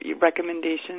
recommendations